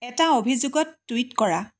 এটা অভিযোগত টুইট কৰা